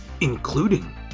including